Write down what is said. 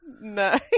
No